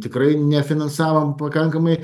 tikrai nefinansavom pakankamai